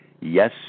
yes